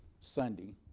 Sunday